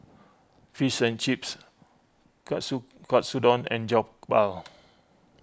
Fish and Chips Katsudon and Jokbal